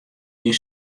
dyn